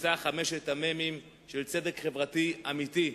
שבבסיסה חמשת המ"מים של צדק חברתי אמיתי: